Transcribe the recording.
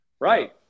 Right